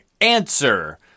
Answer